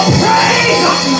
praise